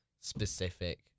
specific